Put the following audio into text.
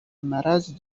مرض